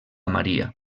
maria